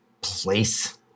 place